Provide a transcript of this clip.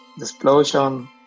explosion